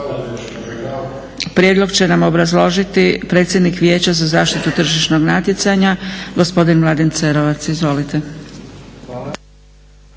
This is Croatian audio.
Prijedlog će nam obrazložiti predsjednik Vijeća za zaštitu tržišnog natjecanja gospodin Mladen Cerovac. Izvolite.